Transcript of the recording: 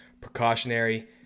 Precautionary